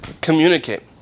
Communicate